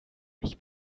ich